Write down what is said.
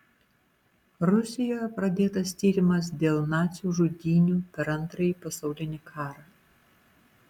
rusijoje pradėtas tyrimas dėl nacių žudynių per antrąjį pasaulinį karą